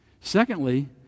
Secondly